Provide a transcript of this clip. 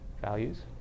values